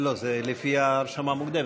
זה לפי הרשמה מוקדמת.